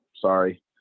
Sorry